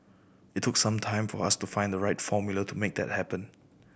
it took some time for us to find the right formula to make that happen